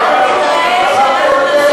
הרבה פחות, הרבה פחות.